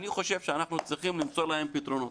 אני חושב שאנחנו צריכים למצוא להם פתרונות,